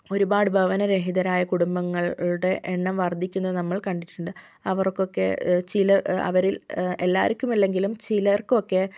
ഒരുപാട് ഭവന രഹിതരായ കുടുംബങ്ങളുടെ എണ്ണം വർദ്ധിക്കുന്നത് നമ്മൾ കണ്ടിട്ടുണ്ട് അവർക്കൊക്കെ ചില അവരിൽ എല്ലാവർക്കും ഇല്ലെങ്കിലും ചിലർക്കൊക്കെ